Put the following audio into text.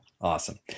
Awesome